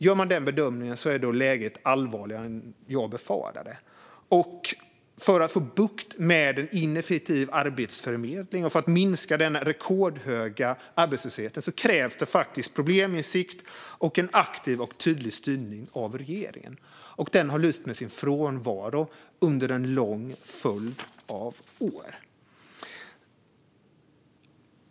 Gör man den bedömningen är läget allvarligare än jag befarade. För att få bukt med en ineffektiv arbetsförmedling och för att minska den rekordhöga arbetslösheten krävs det faktiskt probleminsikt och en aktiv och tydlig styrning av regeringen, vilket har lyst med sin frånvaro under en lång följd av år.